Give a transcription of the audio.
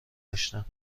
داشتم